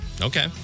Okay